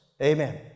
Amen